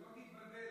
שלא תתבלבל,